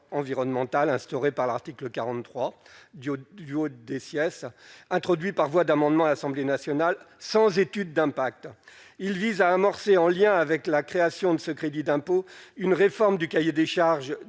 environnementale instaurée par l'article 43 du duo des siestes introduit par voie d'amendements à l'Assemblée nationale, sans étude d'impact, il vise à amorcer en lien avec la création de ce crédit d'impôt, une réforme du cahier des charges